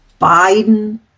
Biden